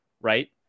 right